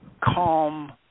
calm